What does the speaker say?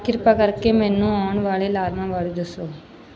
ਕਿਰਪਾ ਕਰਕੇ ਮੈਨੂੰ ਆਉਣ ਵਾਲੇ ਅਲਾਰਮਾਂ ਬਾਰੇ ਦੱਸੋ